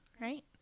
Right